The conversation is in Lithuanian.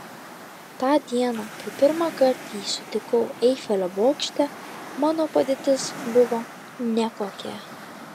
tą dieną kai pirmąkart jį sutikau eifelio bokšte mano padėtis buvo nekokia